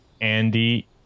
Andy